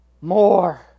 More